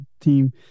team